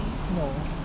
no